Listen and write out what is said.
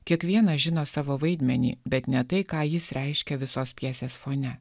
kiekvienas žino savo vaidmenį bet ne tai ką jis reiškia visos pjesės fone